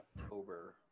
October